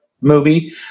movie